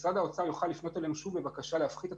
משרד האוצר יוכל לפנות אלינו שוב בבקשה להפחית את